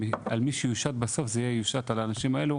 הוא יהיה זה שזה יושת עליו בסוף.